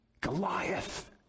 Goliath